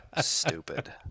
stupid